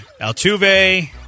Altuve